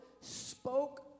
spoke